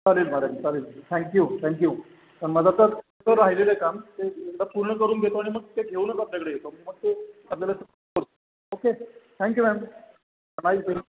चालेल मॅडम चालेल thank you thank you तर माझा तर राहिलेलं आहे काम ते एकदा पूर्ण करून घेतो आणि मग ते घेऊनच आपल्याकडे येतो मग ते आपल्याला ओके थँक्यू मॅम नाईस